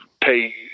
pay